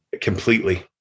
completely